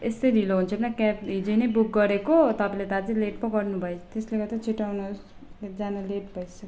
यस्तै ढिलो हुन्छ होइन क्याब हिजै नै बुक गरेको तपाईँले त अझै लेट पो गर्नु भयो त्यसले गर्दा छिटो आउनुहोस् जान लेट भइसक्यो